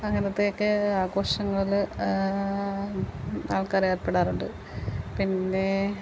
അങ്ങനത്തെയൊക്കെ ആഘോഷങ്ങളിൽ ആൾക്കാർ ഏർപ്പെടാറുണ്ട് പിന്നേ